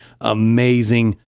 amazing